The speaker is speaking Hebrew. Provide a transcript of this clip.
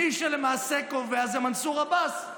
מי שקובע למעשה זה מנסור עבאס.